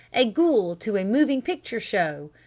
a ghoul to a moving picture show!